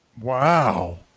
wow